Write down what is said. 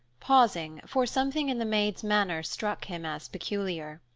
pausing, for something in the maid's manner struck him as peculiar.